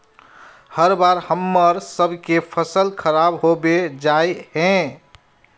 हर बार हम्मर सबके फसल खराब होबे जाए है?